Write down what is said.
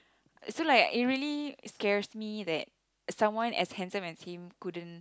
so like it really scared me that someone as handsome as him couldn't